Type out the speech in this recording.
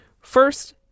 First